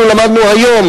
למדנו היום,